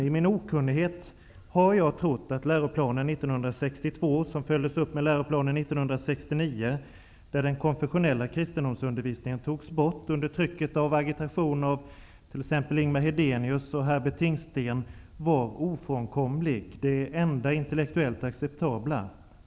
I min okunnighet har jag trott att läroplanen 1962, som följdes upp med läroplanen 1969, där den konfessionella kristendomsundervisningen togs bort under trycket av agitation från t.ex. Ingemar Hedenius och Herbert Tingsten, var ofrånkomlig, den enda intellektuellt acceptabla.